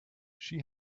she